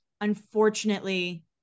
unfortunately